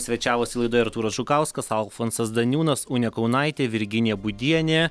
svečiavosi laidoje artūras žukauskas alfonsas daniūnas unė kaunaitė virginija būdienė